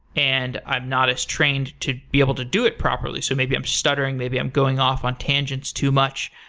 and i'm not as trained to be able to do it properly, so maybe i'm stuttering, maybe i'm going off on tangents too much.